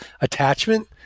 attachment